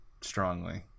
strongly